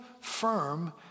firm